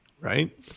Right